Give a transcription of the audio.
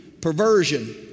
perversion